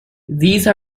these